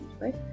right